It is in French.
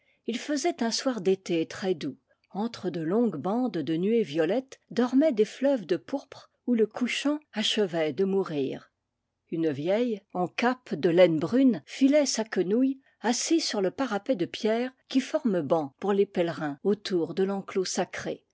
il faisait un soir d'été très doux entre de longues bandes de nuées violettes dormaient des fleuves de pourpre où le couchant achevait de mourir une vieille en cape de laine brune filait sa quenouille assise sur le parapet de pierre qui forme banc pour les pèlerins autour de l'enclos sacré